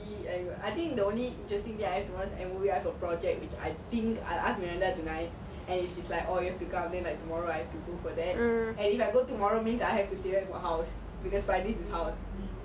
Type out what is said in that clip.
and I think the only interesting is I have to watch a movie I got project which I think I ask melinda tonight and if she's like oh you have come then tomorrow I have to go for that or I go tomorrow means I have to stay in the house because friday is house